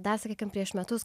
na sakykime prieš metus